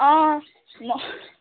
अँ म